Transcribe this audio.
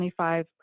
25%